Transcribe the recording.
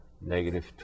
negative